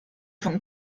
von